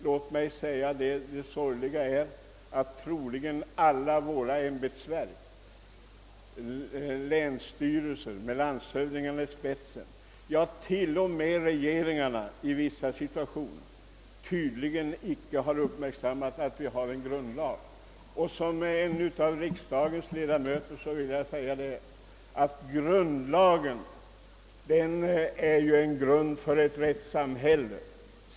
Det sorgliga är att så gott som alla våra ämbetsverk — det gäller inte minst länsstyrelserna, med landshövdingarna i spetsen, och det gäller t.o.m. regeringarna i vissa situationer — tydligen inte uppmärksammat att vi har en grundlag. Som en av riksdagens ledamöter vill jag slå fast att grundlagen just är grunden för ett rättssamhälle.